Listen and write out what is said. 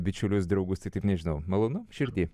bičiulius draugus tai taip nežinau malonu širdy